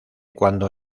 cuando